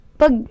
pag